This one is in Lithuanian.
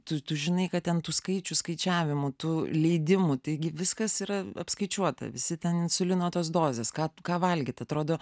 tu tu žinai kad ten tų skaičių skaičiavimų tų leidimų taigi viskas yra apskaičiuota visi ten insulino tos dozės kad ką valgyt atrodo